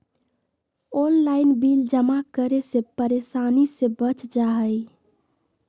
Online bill जमा करे से परेशानी से बच जाहई?